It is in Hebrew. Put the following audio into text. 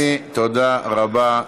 אדוני, תודה רבה.